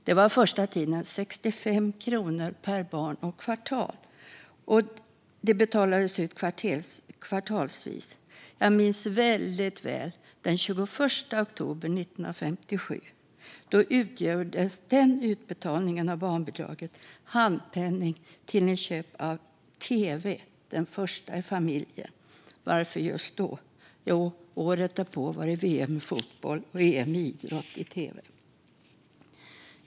Det var första tiden 65 kronor per barn och kvartal, och det betalades ut kvartalsvis. Jag minns väldigt väl den 21 oktober 1957. Då utgjorde barnbidraget handpenning till inköp av en tv, den första i familjen. Varför just då? Jo, året därpå sändes VM i fotboll och EM i friidrott i tv.